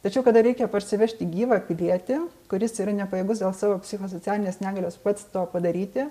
tačiau kada reikia parsivežti gyvą pilietį kuris yra nepajėgus dėl savo psichosocialinės negalios pats to padaryti